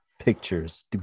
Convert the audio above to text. pictures